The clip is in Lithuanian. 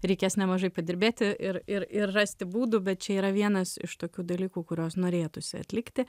reikės nemažai padirbėti ir ir ir rasti būdų bet čia yra vienas iš tokių dalykų kuriuos norėtųsi atlikti